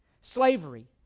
slavery